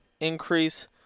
increase